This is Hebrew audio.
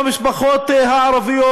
במשפחות הערביות.